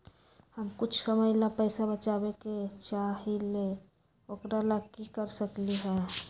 हम कुछ समय ला पैसा बचाबे के चाहईले ओकरा ला की कर सकली ह?